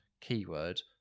keyword